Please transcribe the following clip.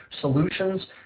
solutions